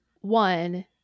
one